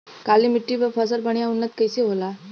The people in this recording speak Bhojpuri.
काली मिट्टी पर फसल बढ़िया उन्नत कैसे होला?